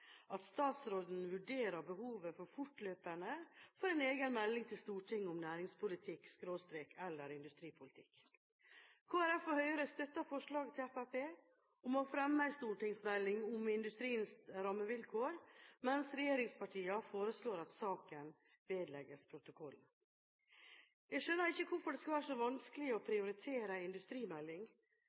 at statsråden vurderer behovet fortløpende for en egen melding til Stortinget om næringspolitikk og/eller industripolitikk. Kristelig Folkeparti og Høyre støtter forslaget til Fremskrittspartiet om å fremme en stortingsmelding om industriens rammevilkår, mens regjeringspartiene foreslår at saken vedlegges protokollen. Jeg skjønner ikke hvorfor det skal være så vanskelig å prioritere en industrimelding